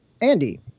Andy